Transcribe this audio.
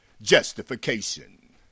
justification